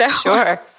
Sure